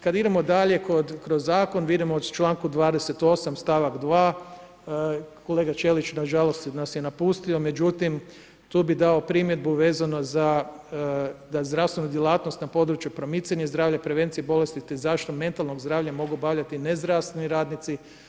Kada idemo dalje kroz zakon, vidimo u čl. 28. stavak 2. kolega Ćelić nažalost nas je napustio, međutim, tu bi dao primjedbu, vezano da zdravstvenu djelatnost, na području promicanja zdravlja, prevencija bolesti te zaštitu metalnog zdravlja, mogu obavljati nezdravstveni radnici.